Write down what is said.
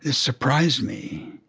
ah surprised me